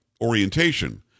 orientation